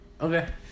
Okay